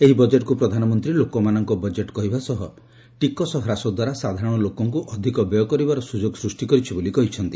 ଏହି ବଜେଟ୍କୁ ପ୍ରଧାନମନ୍ତ୍ରୀ ଲୋକମାନଙ୍କ ବଜେଟ୍ କହିବା ସହ ଟିକସ ହ୍ରାସ ଦ୍ୱାରା ସାଧାରଣ ଲୋକଙ୍କୁ ଅଧିକ ବ୍ୟୟ କରିବାର ସୁଯୋଗ ସୃଷ୍ଟି କରିଛି ବୋଲି କହିଛନ୍ତି